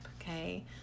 Okay